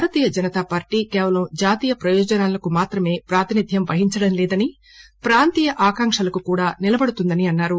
భారతీయ జనతా పార్లీ కేవలం జాతీయ ప్రయోజనాలకు మాత్రమే ప్రాతినిధ్యం వహించడం లేదని ప్రాంతీయ ఆకాంకలకు కూడా నిలబడుతుందని అన్నారు